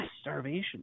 starvation